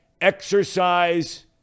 exercise